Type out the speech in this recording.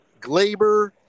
Glaber